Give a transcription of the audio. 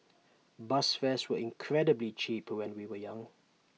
bus fares were incredibly cheap when we were young